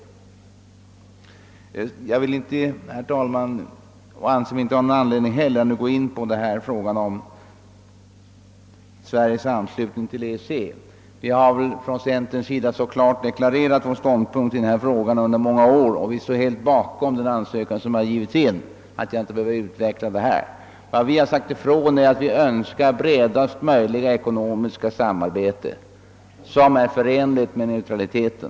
Jag anser mig inte nu ha någon anledning att gå in på frågan om Sveriges anslutning till EEC. Centern har under många år så klart deklarerat sin ståndpunkt, Vi står helt bakom den ansökan som ingivits och jag behöver inte utveckla detta närmare. Vi har sagt ifrån, att vi önskar bredast möjliga ekonomiska samarbete som är förenligt med :neutraliteten.